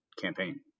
campaign